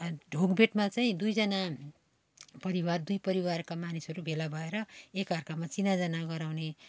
ढोग भेटमा चाहिँ दुइजना परिवार दुई परिवारका मानिसहरू मानिसहरू भेला भएर एकअर्कामा चिनाजाना गराउने